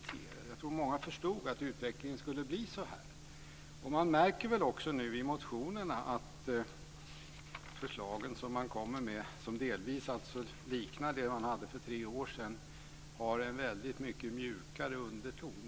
Jag tror att många förstod att utvecklingen skulle bli så här. Man märker väl på motionerna att de förslag som nu kommer och som delvis liknar vad som fanns för tre år sedan nu har en väldigt mycket mjukare underton.